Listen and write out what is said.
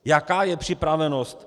Jaká je připravenost?